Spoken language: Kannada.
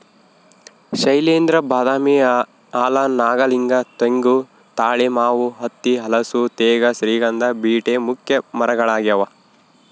ಶೈಲೇಂದ್ರ ಬಾದಾಮಿ ಆಲ ನಾಗಲಿಂಗ ತೆಂಗು ತಾಳೆ ಮಾವು ಹತ್ತಿ ಹಲಸು ತೇಗ ಶ್ರೀಗಂಧ ಬೀಟೆ ಮುಖ್ಯ ಮರಗಳಾಗ್ಯಾವ